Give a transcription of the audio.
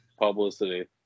publicity